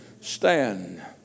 stand